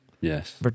Yes